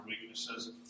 weaknesses